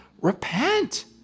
repent